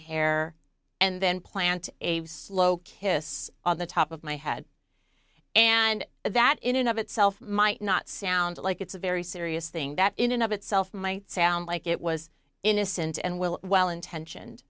hair and then plant a slow kiss on the top of my head and that in and of itself might not sound like it's a very serious thing that in and of itself might sound like it was innocent and will well intentioned